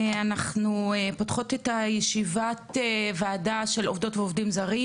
אנחנו פותחות את ישיבת הוועדה של עובדות ועובדים זרים